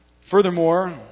Furthermore